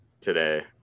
today